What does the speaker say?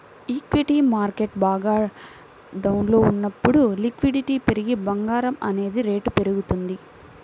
equity market బాగా డౌన్లో ఉన్నప్పుడు లిక్విడిటీ పెరిగి బంగారం అనేది రేటు పెరుగుతుంది